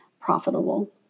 profitable